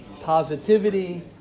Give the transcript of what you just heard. positivity